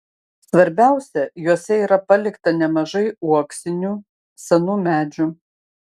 svarbiausia juose yra palikta nemažai uoksinių senų medžių